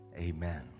Amen